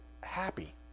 happy